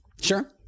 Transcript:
Sure